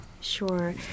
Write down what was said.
Sure